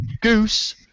Goose